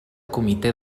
comitè